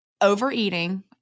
overeating